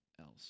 else